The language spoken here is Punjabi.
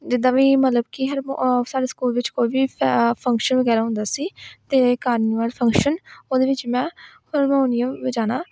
ਜਿੱਦਾਂ ਵੀ ਮਤਲਬ ਕਿ ਹਰਮੋ ਸਾਡੇ ਸਕੂਲ ਵਿੱਚ ਕੋਈ ਵੀ ਫ ਫੰਕਸ਼ਨ ਵਗੈਰਾ ਹੁੰਦਾ ਸੀ ਅਤੇ ਇੱਕ ਅਨੁਅਲ ਫੰਕਸ਼ਨ ਉਹਦੇ ਵਿੱਚ ਮੈਂ ਹਾਰਮੋਨੀਅਮ ਵਜਾਉਣਾ